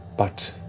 but,